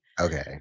Okay